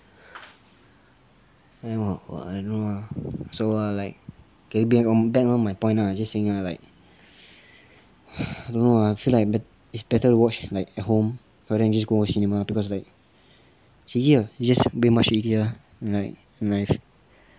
anyway what !wah! I don't know lah so err like okay back back on my point lah just saying ah like I don't know ah I feel like better to watch like at home rather than just go watch cinema because like it's easier it's just way much easier and like nice